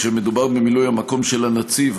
כשמדובר במילוי המקום של הנציב,